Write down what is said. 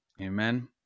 amen